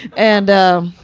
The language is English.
and ah,